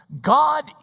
God